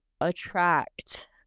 attract